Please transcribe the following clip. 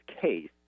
case